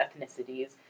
ethnicities